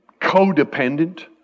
codependent